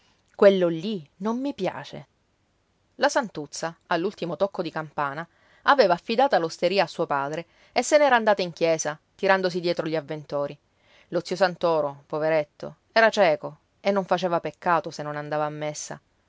quello lì non mi piace la santuzza all'ultimo tocco di campana aveva affidata l'osteria a suo padre e se n'era andata in chiesa tirandosi dietro gli avventori lo zio santoro poveretto era cieco e non faceva peccato se non andava a messa